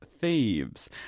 thieves